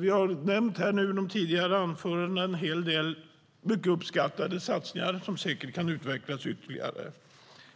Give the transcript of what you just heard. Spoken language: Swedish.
Det har i de tidigare anförandena talats om en hel del mycket uppskattade satsningar som säkert kan utvecklas ytterligare.